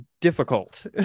difficult